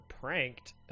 pranked